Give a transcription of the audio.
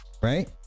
right